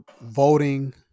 voting